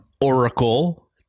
Oracle